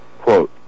Quote